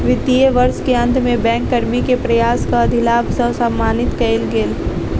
वित्तीय वर्ष के अंत में बैंक कर्मी के प्रयासक अधिलाभ सॅ सम्मानित कएल गेल